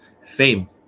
Fame